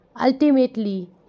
Ultimately